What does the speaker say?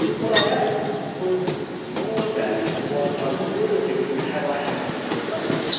what i ah ate was more than what i would have eaten had i had more restraint.